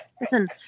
Listen